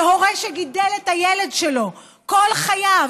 שהורה שגידל את הילד שלו כל חייו,